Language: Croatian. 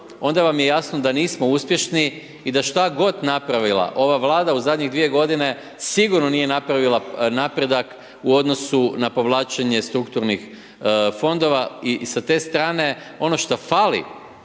onda vam je jasno da nismo uspješni i da što god napravila ova Vlada u zadnjih dvije godine, sigurno nije napravila napredak u odnosu na povlačenje strukturnih fondova i sa te strane, ono što fali